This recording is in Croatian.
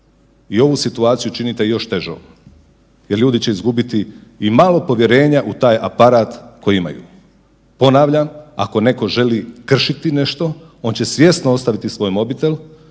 i ovu situaciju činite još težom jel ljudi će izgubiti i malo povjerenja u taj aparat koji imaju. Ponavljam, ako neko želi kršiti nešto on će svjesno ostaviti svoj mobitel